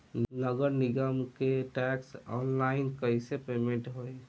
नगर निगम के टैक्स ऑनलाइन कईसे पेमेंट होई?